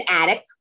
attic